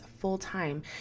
full-time